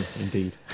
indeed